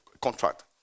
contract